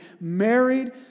married